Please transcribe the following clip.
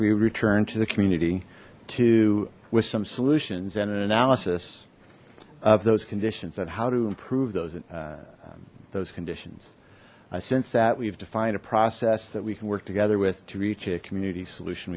we returned to the community to with some solutions and an analysis of those conditions that how to improve those in those conditions i sense that we've defined a process that we can work together with to reach a community solution